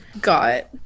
got